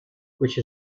which